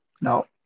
No